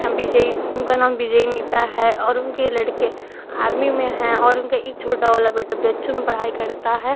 हाँ बिजई उनका नाम बिजई नेता है और उनके लड़के आर्मी में हैं और उनका एक छोटा वाला बेटा बी एच चू में पढ़ाई करता है